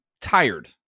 tired